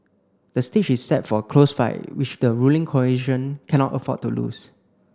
the stage is set for a close fight which the ruling coalition cannot afford to lose